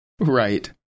Right